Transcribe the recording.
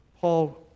Paul